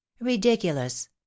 ridiculous